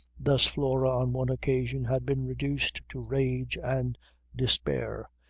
thus flora on one occasion had been reduced to rage and despair,